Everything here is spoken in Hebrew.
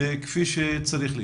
כפי שצריך להיות?